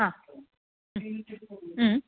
हा